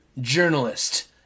journalist